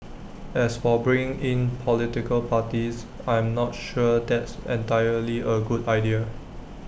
as for bringing in political parties I'm not sure that's entirely A good idea